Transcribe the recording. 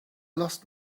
lost